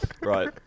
Right